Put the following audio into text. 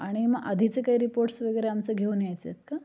आणि मग आधीचे काही रिपोर्ट्स वगैरे आमचे घेऊन यायचे आहेत का